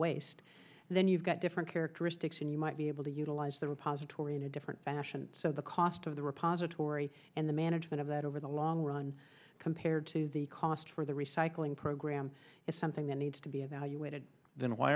waste then you've got different characteristics and you might be able to utilize the repository in a different fashion so the cost of the repository and the management of that over the long run compared to the call just for the recycling program is something that needs to be evaluated then why